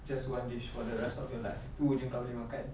just one dish for the rest of your life itu sahaja kau boleh makan